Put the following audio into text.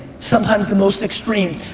sometimes the most extreme.